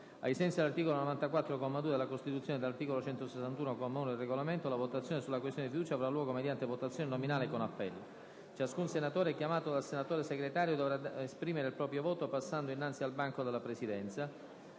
Ai sensi dell'articolo 94, secondo comma, della Costituzione e ai sensi dell'articolo 161, comma 1, del Regolamento, la votazione sulla questione di fiducia avrà luogo mediante votazione nominale con appello. Ciascun senatore chiamato dal senatore Segretario dovrà esprimere il proprio voto passando innanzi al banco della Presidenza.